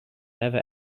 never